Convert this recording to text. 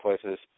places